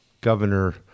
Governor